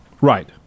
Right